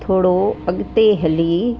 थोरो अॻिते हली